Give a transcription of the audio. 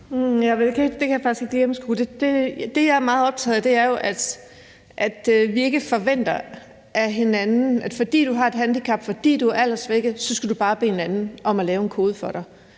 Det kan jeg faktisk ikke lige gennemskue. Det, jeg er meget optaget af, er jo, at vi ikke forventer af hinanden, at fordi du har et handicap, at fordi du er alderssvækket, så skal du bare bede en anden om at lave en kode for dig